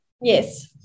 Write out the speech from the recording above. Yes